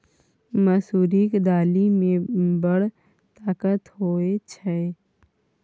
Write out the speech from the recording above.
मसुरीक दालि मे बड़ ताकत होए छै